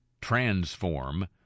Transform